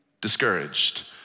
discouraged